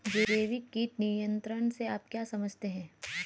जैविक कीट नियंत्रण से आप क्या समझते हैं?